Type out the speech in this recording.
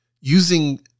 using